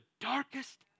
darkest